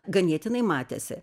ganėtinai matėsi